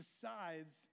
decides